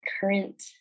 current